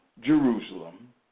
Jerusalem